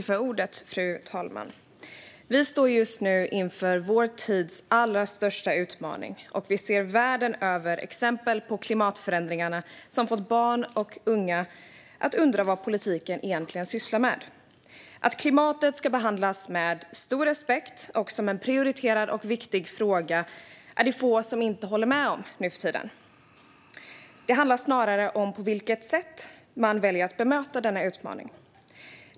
Fru talman! Vi står just nu inför vår tids allra största utmaning. Vi ser världen över exempel på klimatförändringarna, som fått barn och unga att undra vad politikerna egentligen sysslar med. Att klimatet ska behandlas med stor respekt och som en prioriterad och viktig fråga är det få som inte håller med om nu för tiden. Det handlar snarare om på vilket sätt man väljer att möta denna utmaning.